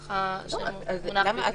בנוסח שמונח בפניכם: